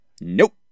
Nope